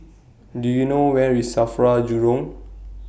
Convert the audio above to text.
Do YOU know Where IS SAFRA Jurong